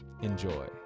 Enjoy